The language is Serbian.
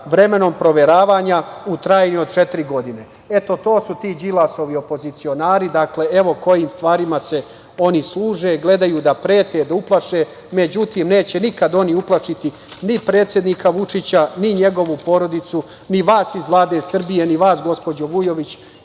vremenom proveravanja u trajanju od četiri godine. To su ti Đilasovi opozicionari. Dakle, evo, kojim stvarima se oni služe, gledaju da prete, da uplaše. Međutim, neće nikada oni uplašiti ni predsednika Vučića, ni njegovu porodicu, ni vas iz Vlade Srbije, ni vas gospođo Vujović